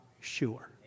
sure